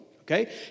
Okay